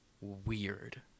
weird